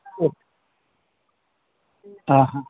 okay હા હા